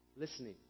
Listening